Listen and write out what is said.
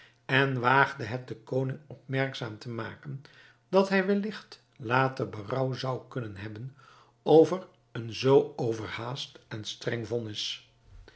en waagde het den koning opmerkzaam te maken dat hij welligt later berouw zou kunnen hebben over een zoo overhaast en streng vonnis